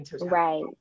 Right